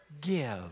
give